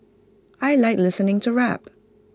I Like listening to rap